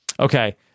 Okay